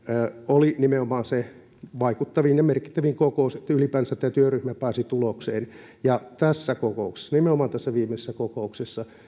oli nimenomaan se vaikuttavin ja merkittävin kokous että ylipäänsä tämä työryhmä pääsi tulokseen ja tässä kokouksessa nimenomaan tässä viimeisessä kokouksessa